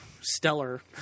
stellar